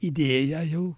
idėją jau